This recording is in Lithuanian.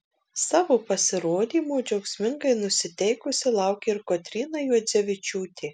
savo pasirodymo džiaugsmingai nusiteikusi laukė ir kotryna juodzevičiūtė